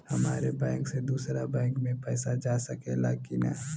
हमारे बैंक से दूसरा बैंक में पैसा जा सकेला की ना?